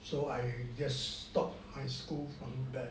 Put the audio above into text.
so I just stop high school from there